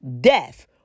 death